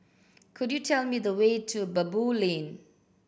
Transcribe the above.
could you tell me the way to Baboo Lane